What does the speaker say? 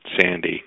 Sandy